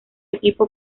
equipo